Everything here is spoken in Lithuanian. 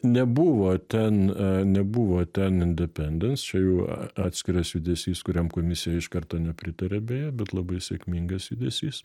nebuvo ten nebuvo ten independens čia jau atskiras judesys kuriam komisija iš karto nepritarė beje bet labai sėkmingas judesys